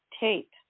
tape